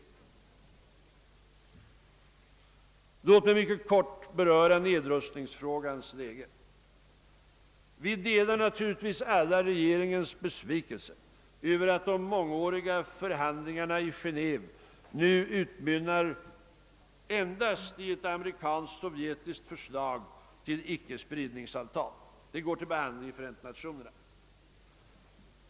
Låt mig, herr talman, mycket kortfattat beröra nedrustningsfrågans läge! Vi delar naturligtvis alla regeringens besvikelse över att de mångåriga förhandlingarna i Geneve nu utmynnar endast i ett amerikanskt-sovjetiskt förslag till icke-spridningsavtal, vilket går till behandling i Förenta Nationerna.